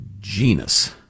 genus